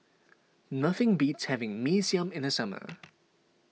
nothing beats having Mee Siam in the summer